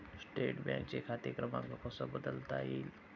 State बँकेचा खाते क्रमांक कसा बदलता येईल?